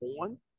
on